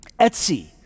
Etsy